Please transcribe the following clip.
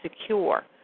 secure